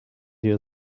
your